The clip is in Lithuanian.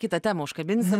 kitą temą užkabinsim